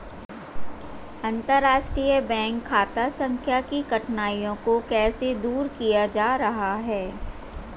अंतर्राष्ट्रीय बैंक खाता संख्या की कठिनाइयों को कैसे दूर किया जा रहा है?